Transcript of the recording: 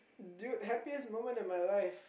dude happiest moment in my life